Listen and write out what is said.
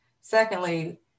secondly